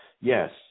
Yes